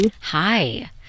Hi